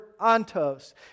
antos